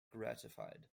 gratified